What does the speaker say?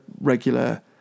regular